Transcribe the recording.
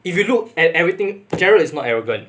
if you look at everything gerald is not arrogant